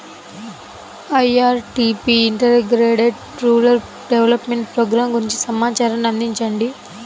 IRDP integrated rural development programme గురించి సమాచారాన్ని అందించండి?